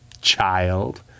child